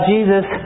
Jesus